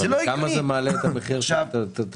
אבל בכמה זה מעלה את המחיר של הטרפנטין?